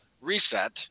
reset